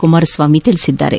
ಕುಮಾರಸ್ವಾಮಿ ಹೇಳಿದ್ದಾರೆ